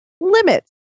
limits